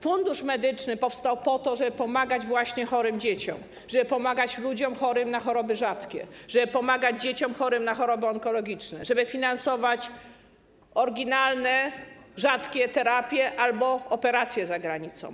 Fundusz Medyczny powstał po to, żeby pomagać właśnie chorym dzieciom, żeby pomagać ludziom chorym na choroby rzadkie, żeby pomagać dzieciom chorym na choroby onkologiczne, żeby finansować oryginalne, rzadkie terapie albo operacje za granicą.